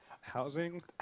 housing